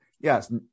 Yes